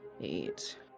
eight